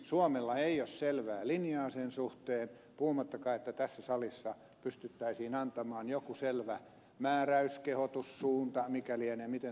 suomella ei ole selvää linjaa sen suhteen puhumattakaan että tässä salissa pystyttäisiin antamaan joku selvä määräys kehotus suunta mikä lienee miten tämä asia on